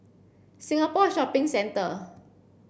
Singapore Shopping Centre